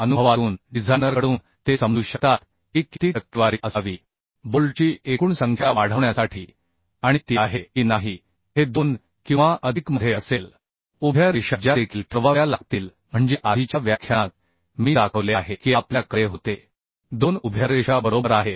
त्या अनुभवातून डिझायनरकडून ते समजू शकतात की किती टक्केवारी असावी बोल्टची एकूण संख्या वाढवण्यासाठी आणि ती आहे की नाही हे दोन किंवा अधिकमध्ये असेल उभ्या रेषा ज्या देखील ठरवाव्या लागतील म्हणजे आधीच्या व्याख्यानात मी दाखवले आहे की आपल्या कडे होते दोन उभ्या रेषा बरोबर आहेत